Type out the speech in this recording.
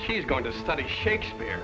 she's going to study shakespeare